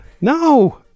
No